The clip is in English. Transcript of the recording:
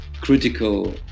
critical